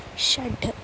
षट्